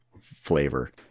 flavor